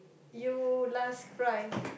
you last cry